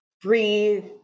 breathe